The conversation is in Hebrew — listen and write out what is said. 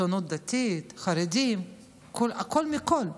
ציונות דתית, חרדים, הכול מכול.